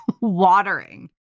watering